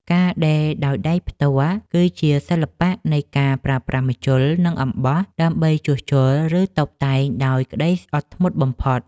ការដេរដោយដៃផ្ទាល់ គឺជាសិល្បៈនៃការប្រើប្រាស់ម្ជុល និងអំបោះដើម្បីជួសជុល ឬតុបតែងដោយក្តីអត់ធ្មត់បំផុត។